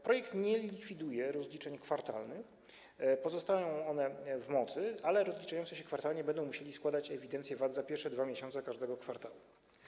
Projekt nie likwiduje rozliczeń kwartalnych, pozostają one w mocy, ale rozliczający się kwartalnie będą musieli składać ewidencję VAT za pierwsze 2 miesiące każdego kwartału.